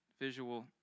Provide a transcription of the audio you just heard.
visual